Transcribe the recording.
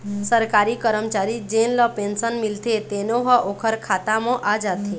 सरकारी करमचारी जेन ल पेंसन मिलथे तेनो ह ओखर खाता म आ जाथे